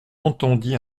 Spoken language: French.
entendait